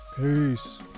Peace